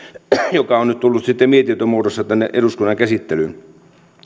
joka on nyt tullut sitten mietintömuodossa tänne eduskunnan käsittelyyn